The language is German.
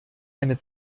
eine